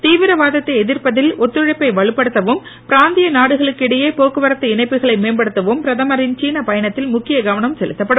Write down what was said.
தீவிரவாதத்தை எதிர்ப்பதில் ஒத்துழைப்பை வலுப்படுத்தவும் பிராந்திய நாடுகளுக்கு இடையே போக்குவரத்து இணைப்புகளை மேம்படுத்தவும் பிரதமரின் சீன பயணத்தில் முக்கிய கவனம் செலுத்தப்படும்